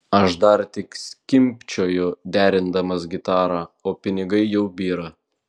aš dar tik skimbčioju derindamas gitarą o pinigai jau byra